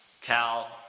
Cal